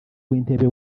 w’intebe